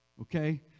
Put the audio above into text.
okay